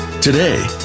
Today